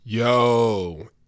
Yo